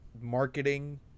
marketing